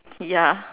ya